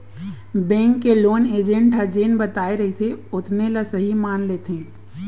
bank के loan agent ह जेन बताए रहिथे ओतने ल सहीं मान लेथे